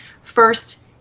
First